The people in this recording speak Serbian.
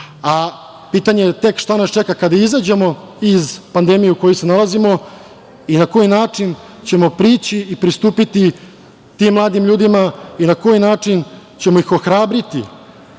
a pitanje je tek šta nas čeka kada izađemo iz pandemije u kojoj se nalazimo i na koji način ćemo prići i pristupiti tim mladim ljudima i na koji način ćemo ih ohrabriti.